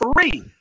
Three